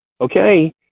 okay